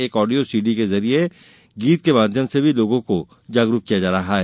एक audio CD के जरिए मतदाता गीत के माध्यम से लोगों को जागरूक किया जा रहा है